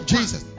Jesus